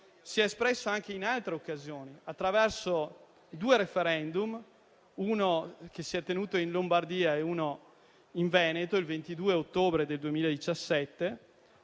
si è espresso anche in altre occasioni attraverso, due *referendum*: uno si è tenuto in Lombardia e uno in Veneto, il 22 ottobre del 2017,